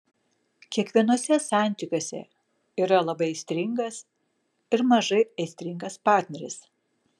kiekvienuose santykiuose yra labai aistringas ir mažai aistringas partneris